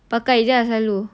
pakai jer lah selalu